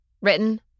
Written